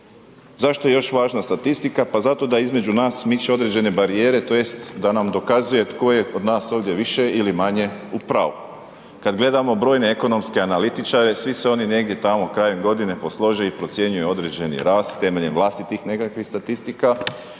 Zašto je još važna statistika? Pa zato da između nas miču određene barijere, tj. da nam dokazuje tko je od nas ovdje više ili manje u pravu. Kad gledamo brojne ekonomske analitičare svi se oni negdje tamo krajem godine poslože i procjenjuju određeni rast temeljem vlastitih nekakvih statistika